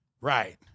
Right